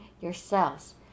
yourselves